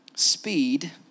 speed